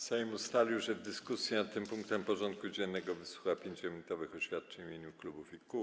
Sejm ustalił, że w dyskusji nad tym punktem porządku dziennego wysłucha 5-minutowych oświadczeń w imieniu klubów i kół.